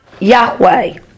Yahweh